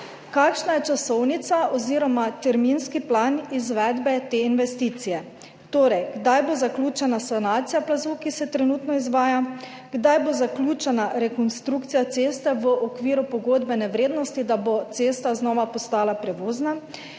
Kakšna je časovnica oziroma terminski plan izvedbe te investicije? Kdaj bo zaključena sanacija plazu, ki se trenutno izvaja? Kdaj bo zaključena rekonstrukcija ceste Cezlak–Pesek v okviru pogodbene vrednosti, da bo cesta znova postala prevozna?